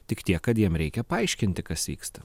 tik tiek kad jiem reikia paaiškinti kas vyksta